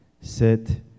Sit